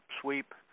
sweep